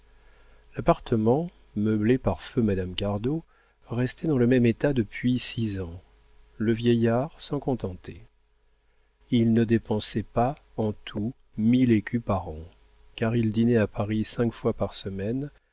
l'appartement meublé par feu madame cardot restait dans le même état depuis six ans le vieillard s'en contentait il ne dépensait pas en tout mille écus par an car il dînait à paris cinq fois par semaine